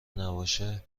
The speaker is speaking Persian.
نباشه